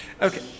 Okay